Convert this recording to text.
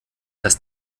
das